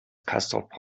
castrop